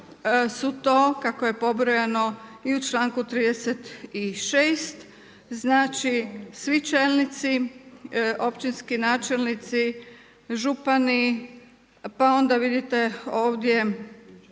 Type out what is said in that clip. su to, kako je pobrojano i u čl. 36. znači svi čelnici općinski načelnici, župani, pa onda vidite ovdje